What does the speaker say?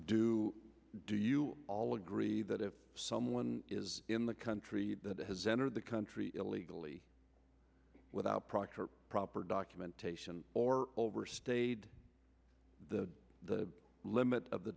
do do you all agree that if someone is in the country that has entered the country illegally without proper proper documentation or overstayed the the limit of the